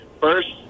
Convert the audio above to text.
First